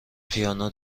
پیانو